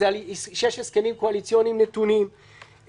כשיש הסכמים קואליציוניים נתונים,